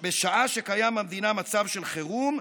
"בשעה שקיים במדינה מצב של חירום,